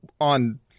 on